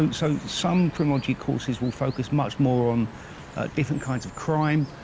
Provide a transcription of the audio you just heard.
ah so some criminology courses will focus much more on different kinds of crime,